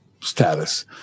status